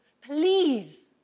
Please